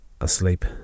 asleep